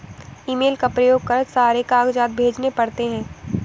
email का प्रयोग कर सारे कागजात भेजने पड़ते हैं